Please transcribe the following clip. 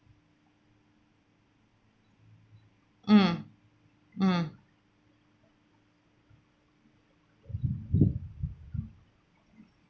mm mm